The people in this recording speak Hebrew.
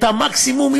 את המקסימום.